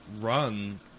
run